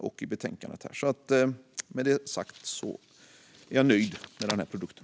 Med detta sagt är jag nöjd med den här produkten.